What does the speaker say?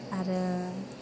आरो